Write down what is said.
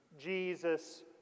Jesus